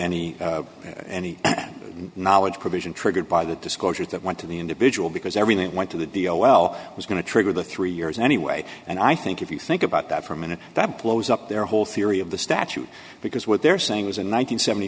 any any knowledge provision triggered by the disclosure that went to the individual because everything that went to the deal well was going to trigger the three years anyway and i think if you think about that for a minute that blows up their whole theory of the statute because what they're saying is in